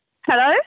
Hello